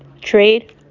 trade